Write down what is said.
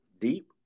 deep